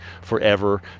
forever